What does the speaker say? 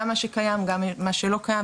גם מה שקיים וגם מה שלא קיים.